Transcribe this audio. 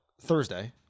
thursday